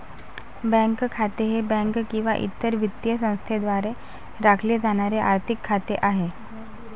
bank खाते हे bank किंवा इतर वित्तीय संस्थेद्वारे राखले जाणारे आर्थिक खाते आहे